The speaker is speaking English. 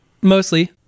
mostly